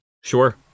Sure